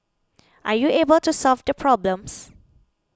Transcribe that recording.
are you able to solve the problems